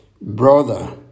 brother